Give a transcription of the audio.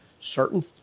Certain